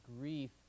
grief